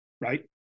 right